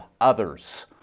others